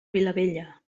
vilabella